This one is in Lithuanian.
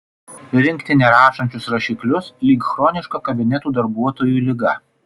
rinkti nerašančius rašiklius lyg chroniška kabinetų darbuotojų liga